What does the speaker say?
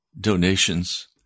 donations